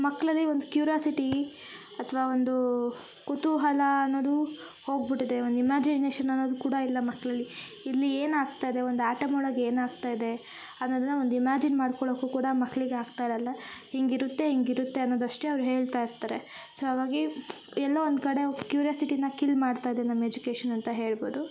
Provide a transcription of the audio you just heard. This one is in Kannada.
ಮಕ್ಕಳಲ್ಲಿ ಒಂದು ಕ್ಯೂರ್ಯಾಸಿಟೀ ಅಥ್ವ ಒಂದು ಕುತೂಹಲ ಅನ್ನೋದು ಹೋಗ್ಬಿಟ್ಟಿದೆ ಒಂದು ಇಮ್ಯಾಜಿನೇಶನ್ ಅನ್ನೋದು ಕೂಡ ಇಲ್ಲ ಮಕ್ಕಳಲ್ಲಿ ಇಲ್ಲಿ ಏನಾಗ್ತಯಿದೆ ಒಂದು ಆ್ಯಟಮ್ ಒಳಗ ಏನಾಗ್ತಯಿದೆ ಅನ್ನೋದನ್ನ ಒಂದು ಇಮ್ಯಾಜಿನ್ ಮಾಡ್ಕೊಳಕು ಕೂಡ ಮಕ್ಕಳಿಗೆ ಆಗ್ತಾಯಿರಲ್ಲ ಹೀಗಿರುತ್ತೆ ಹೀಗಿರುತ್ತೆ ಅನ್ನೋದು ಅಷ್ಟೆ ಅವ್ರ ಹೇಳ್ತಯಿರ್ತಾರೆ ಸೊ ಹಾಗಾಗಿ ಎಲ್ಲೋ ಒಂದು ಕಡೆ ಕ್ಯೂರ್ಯಾಸಿಟಿನ ಕಿಲ್ ಮಾಡ್ತಯಿದೆ ನಮ್ಮ ಎಜುಕೇಶನ್ ಅಂತ ಹೇಳ್ಬೋದು